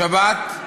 השבת,